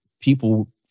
people